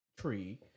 Tree